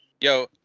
Yo